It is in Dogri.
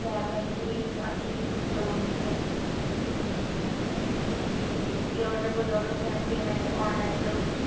ते में बी रेटिंग अच्छी देई ओड़नी ऐ ते एह् आर्डर पजाई ओड़ेओ में पेमैंट आनलाईन करी ओड़नी